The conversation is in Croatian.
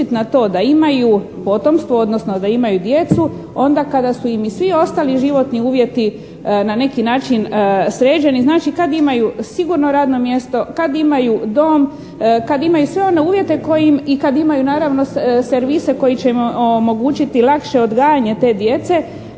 na to da imaju potomstvo, odnosno da imaju djecu onda kada su im i svi ostali životni uvjeti na neki način sređeni, znači kada imaju sigurno radno mjesto, kada imaju dom, kada imaju sve one uvjete koji im, i kada imaju naravno servise koji će im omogućiti lakše odgajanje te djece,